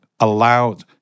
allowed